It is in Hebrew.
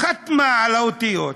חתמה על האותיות.